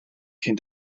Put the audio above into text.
cyn